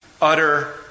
Utter